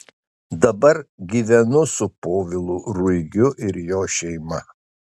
dabar gyvenu su povilu ruigiu ir jo šeima